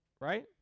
Right